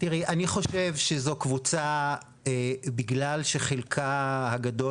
אני חושב שזו קבוצה שבגלל שחלקה הגדול